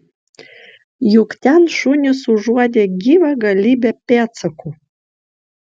juk ten šunys užuodė gyvą galybę pėdsakų